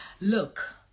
Look